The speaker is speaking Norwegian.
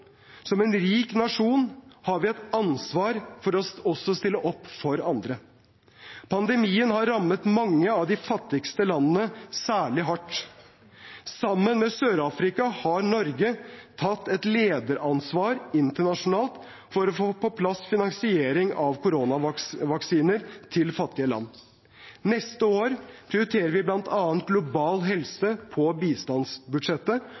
Som en rik nasjon har vi et ansvar for også å stille opp for andre. Pandemien har rammet mange av de fattigste landene særlig hardt. Sammen med Sør-Afrika har Norge tatt et lederansvar internasjonalt for å få på plass finansering av koronavaksiner til fattige land. Neste år prioriterer vi bl.a. global